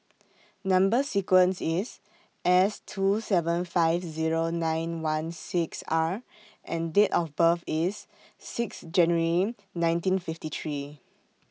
Number sequence IS S two seven five Zero nine one six R and Date of birth IS six January nineteen fifty three